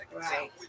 right